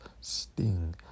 Sting